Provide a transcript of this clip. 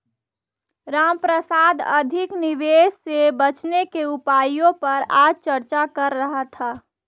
रामप्रसाद अधिक निवेश से बचने के उपायों पर आज चर्चा कर रहा था